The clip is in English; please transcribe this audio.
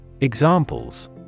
Examples